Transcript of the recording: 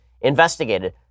investigated